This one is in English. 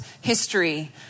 history